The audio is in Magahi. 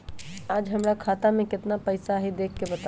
आज हमरा खाता में केतना पैसा हई देख के बताउ?